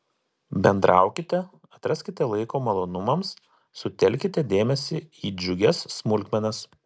bendraukite atraskite laiko malonumams sutelkite dėmesį į džiugias smulkmenas